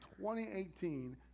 2018